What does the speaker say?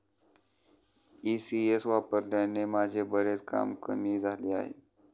ECS वापरल्याने माझे बरेच काम कमी झाले आहे